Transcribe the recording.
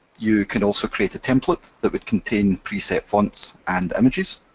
you can also create a template that would contain pre-set fonts and images.